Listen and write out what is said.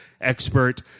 expert